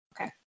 okay